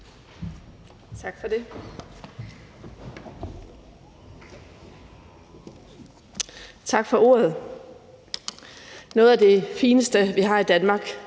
Tak for det. Tak for ordet. Noget af det fineste, vi har i Danmark,